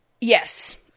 Yes